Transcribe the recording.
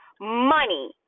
money